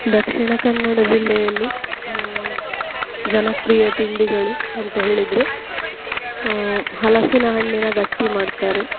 ದಕ್ಷಿಣ ಕನ್ನಡ ಜಿಲ್ಲೆಯಲ್ಲಿ ಜನಪ್ರಿಯ ತಿಂಡಿಗಳು ಅಂತ ಹೇಳಿದರೆ ಹಲಸಿನ ಹಣ್ಣಿನ ಗಟ್ಟಿ ಮಾಡ್ತಾರೆ